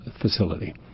facility